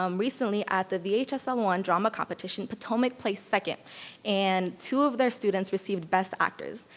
um recently at the vhsl one drama competition, potomac placed second and two of their students received best actors.